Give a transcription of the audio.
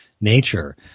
nature